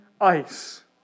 ice